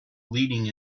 leading